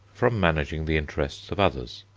from managing the interests of others,